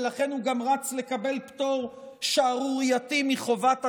ולכן הוא גם רץ לקבל פטור שערורייתי מחובת הנחה,